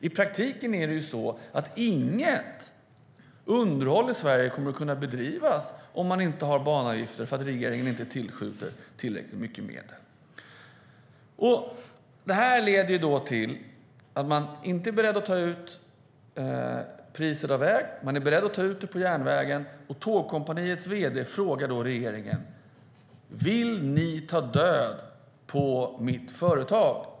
I praktiken kommer inget underhåll i Sverige att kunna bedrivas om det inte finns banavgifter för att regeringen inte skjuter till tillräckligt mycket medel. Man är inte beredd att ta ut priset på väg, men man är beredd att ta ut det på järnvägen. Tågkompaniets vd frågar regeringen om regeringen vill ta död på hans företag.